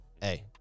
hey